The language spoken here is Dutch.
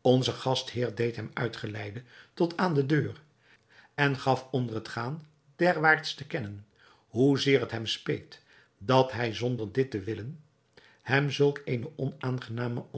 onze gastheer deed hem uitgeleide tot aan de deur en gaf onder het gaan derwaarts te kennen hoezeer het hem speet dat hij zonder dit te willen hem zulk eene onaangename